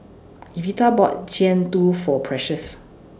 Evita bought Jian Dui For Precious